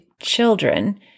children